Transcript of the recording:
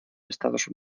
estados